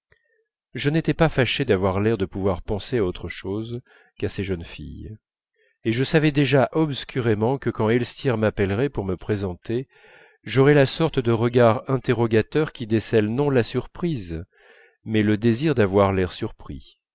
je n'étais pas fâché d'avoir l'air de pouvoir penser à autre chose qu'à ces jeunes filles et je savais déjà obscurément que quand elstir m'appellerait pour me présenter j'aurais la sorte de regard interrogateur qui décèle non la surprise mais le désir d'avoir l'air surpris